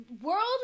world